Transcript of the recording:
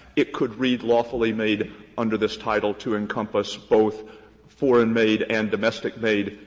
it could read lawfully made under this title to encompass both foreign-made and domestic-made